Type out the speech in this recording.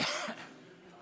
שלוש דקות.